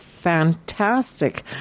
fantastic